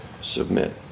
Submit